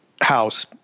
house